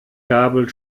gabel